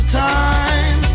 time